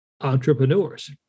entrepreneurs